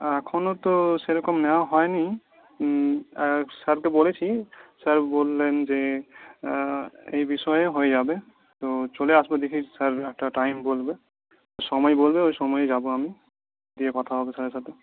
এখনও তো সেরকম নেওয়া হয়নি আর স্যারকে বলেছি স্যার বললেন যে এই বিষয়ে হয়ে যাবে তো চলে আসব দেখি স্যার একটা টাইম বলবে সময় বলবে ওই সময়ে যাব আমি গিয়ে কথা হবে স্যারের সাথে